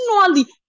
continually